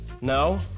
No